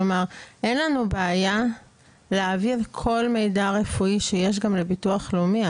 כלומר אין לנו בעיה להעביר כל מידע רפואי שיש גם לביטוח לאומי,